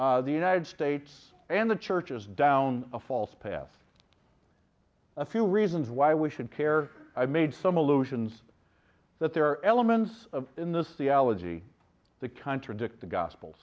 taking the united states and the churches down a false path a few reasons why we should care i made some allusions that there are elements of in this the allergy that contradict the gospel